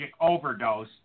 overdose